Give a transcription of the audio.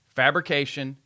fabrication